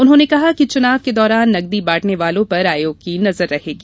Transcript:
उन्होंने कहा कि चुनाव के दौरान नकदी बांटने वालों पर आयोग की नजर रहेगी